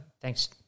thanks